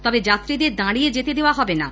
তবে যাত্রীদের দাঁড়িয়ে যেতে দেওয়া হবেনা